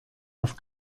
auf